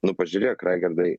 nu pažiūrėk raigardai